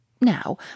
Now